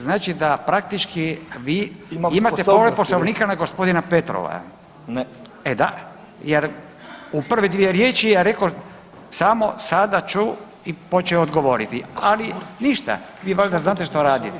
Znači da praktički vi imate povredu Poslovnika na gospodina Petrova [[Upadica: Ne.]] e da, jer u prve dvije riječi je rekao samo sada ću i počeo govoriti, ali ništa vi valjda znate što radite.